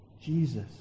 Jesus